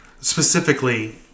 specifically